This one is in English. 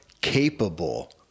capable